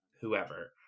whoever